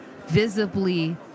visibly